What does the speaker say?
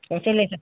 کیسے لے سک